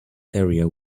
area